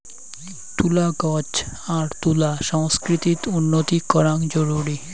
তুলা গছ আর তুলা সংস্কৃতিত উন্নতি করাং জরুরি